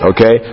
Okay